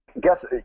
guess